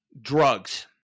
drugs